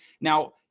Now